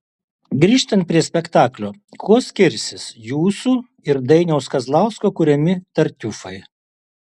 grįžtant prie spektaklio kuo skirsis jūsų ir dainiaus kazlausko kuriami tartiufai